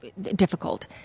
difficult